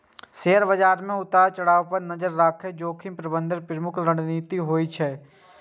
share बाजार के उतार चढ़ाव पर नजरि राखब जोखिम प्रबंधनक प्रमुख रणनीति होइ छै